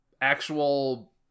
actual